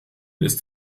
ist